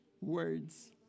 words